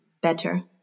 better